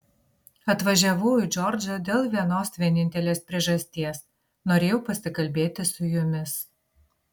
atvažiavau į džordžą dėl vienos vienintelės priežasties norėjau pasikalbėti su jumis